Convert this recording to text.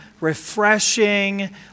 refreshing